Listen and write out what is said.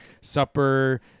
supper